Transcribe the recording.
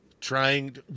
trying